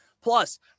Plus